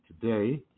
today